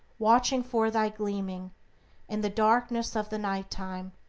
watching for thy gleaming in the darkness of the night-time,